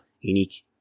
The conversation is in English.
unique